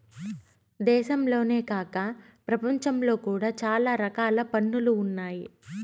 దేశంలోనే కాక ప్రపంచంలో కూడా చాలా రకాల పన్నులు ఉన్నాయి